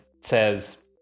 says